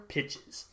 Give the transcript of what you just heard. Pitches